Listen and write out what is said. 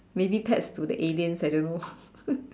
maybe pets to the aliens I don't know